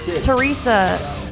Teresa